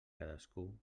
cadascú